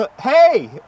hey